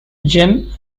gym